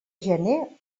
gener